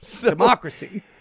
Democracy